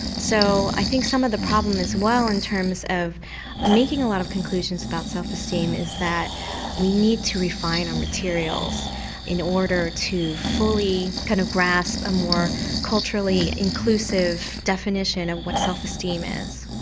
so i think some of the problem as well, in terms of making a lot of conclusions about self-esteem, is that we need to refine our materials in order to fully kind of grasp a more culturally inclusive definition of what self-esteem is.